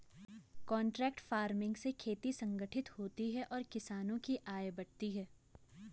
contract farming से खेती संगठित होती है और किसानों की आय बढ़ती है